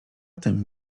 tym